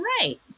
right